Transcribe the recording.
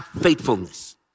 faithfulness